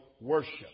worship